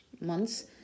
Months